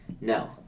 No